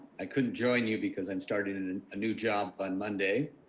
i couldn't join you because i'm starting and and a new job on monday,